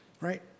right